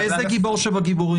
איזה הוא גיבור שבגיבורים?